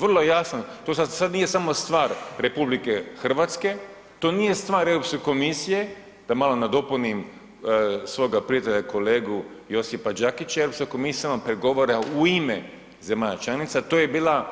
Vrlo jasan, to sad nije samo stvar RH, to nije stvar Europske komisije da malo napunim svoga prijatelja, kolegu Josipa Đakića jer sa komisijama pregovara u ime zemalja članica, to je bila,